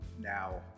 now